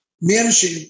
managing